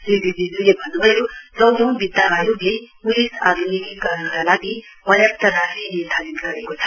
श्री रिजिज्ले भन्न्भयो चौधौं वित्त आयोगले प्लिस आध्निकीकरणका लागि पर्याप्त राशि निर्धारित गरेको छ